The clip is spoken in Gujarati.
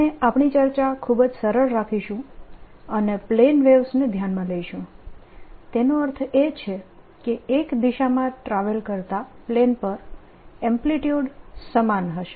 આપણે આપણી ચર્ચા ખૂબ જ સરળ રાખીશું અને પ્લેન વેવ્સ ને ધ્યાનમાં લઈશું તેનો અર્થ એ છે કે એક દિશામાં ટ્રાવેલ કરતા પ્લેન પર એમ્પ્લીટ્યુડ સમાન હશે